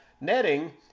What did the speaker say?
netting